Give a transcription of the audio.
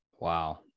wow